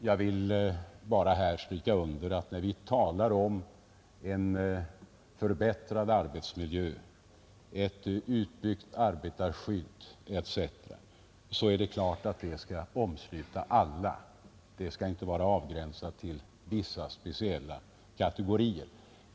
Jag vill bara här stryka under att när vi talar om en förbättrad arbetsmiljö, ett utbyggt arbetarskydd etc., är det klart att det skall omsluta alla. Det skall inte vara avgränsat till vissa speciella kategorier.